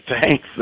thanks